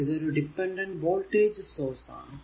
ഇത് ഒരു dependent voltage source ആണ്